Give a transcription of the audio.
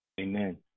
Amen